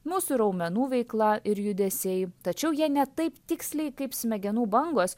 mūsų raumenų veikla ir judesiai tačiau jie ne taip tiksliai kaip smegenų bangos